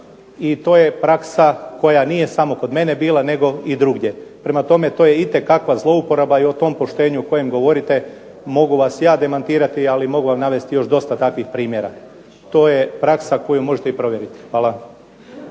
i to je praksa koja nije samo kod mene bila nego i drugdje. Prema tome, to je itekakva zlouporaba i o tom poštenju o kojem govorite mogu vas ja demantirati, ali mogu vam navesti još dosta takvih primjera. To je praksa koju možete i provjeriti. Hvala.